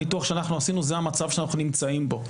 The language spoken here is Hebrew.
מהניתוח שאנחנו עשינו זה המצב שאנחנו נמצאים בו.